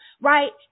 right